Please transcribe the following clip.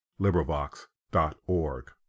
LibriVox.org